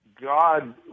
God